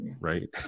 right